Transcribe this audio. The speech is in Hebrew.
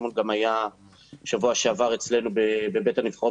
סימון גם היה שבוע שעבר אצלנו בבית הנבחרות